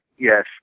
Yes